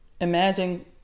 Imagine